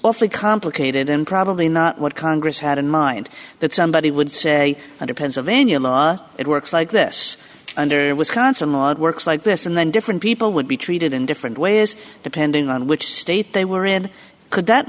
awfully complicated and probably not what congress had in mind that somebody would say under pennsylvania law it works like this under wisconsin model works like this and then different people would be treated in different ways depending on which state they were in